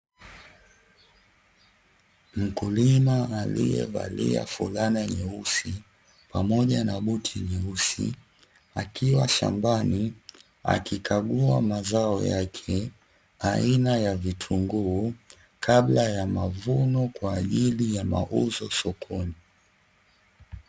Mkulima alievalia fulana nyeusi pamoja na buti nyeusi, akiwa shambani akikagua mazao yake aina ya vitunguu, kabla ya mavuno kwaajili ya mauzo sokoni.